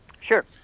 Sure